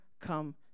come